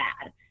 bad